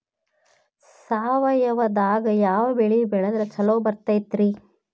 ಸಾವಯವದಾಗಾ ಯಾವ ಬೆಳಿ ಬೆಳದ್ರ ಛಲೋ ಬರ್ತೈತ್ರಿ?